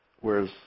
whereas